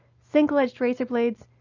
single edged razor blades,